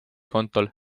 kontol